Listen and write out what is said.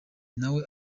nawe